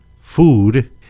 food